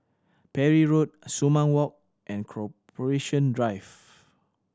Parry Road Sumang Walk and Corporation Drive